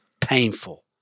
painful